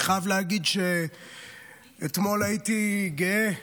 אני חייב להגיד שאתמול הייתי גאה.